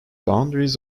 boundaries